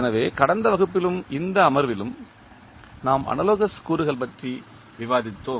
எனவே கடந்த வகுப்பிலும் இந்த அமர்விலும் நாம் அனாலோகஸ் கூறுகள் பற்றி விவாதித்தோம்